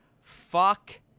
Fuck